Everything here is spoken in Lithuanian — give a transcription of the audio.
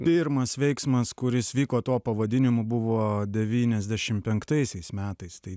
pirmas veiksmas kuris vyko tuo pavadinimu buvo devyniasdešimt penktaisiais metais tai